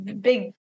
big